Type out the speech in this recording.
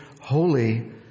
holy